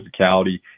physicality